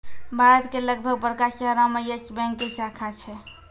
भारत के लगभग बड़का शहरो मे यस बैंक के शाखा छै